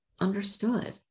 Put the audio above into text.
understood